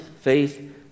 faith